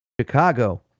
Chicago